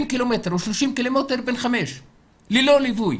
20 או 30 קילומטר ללא ליווי.